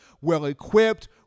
well-equipped